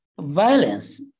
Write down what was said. violence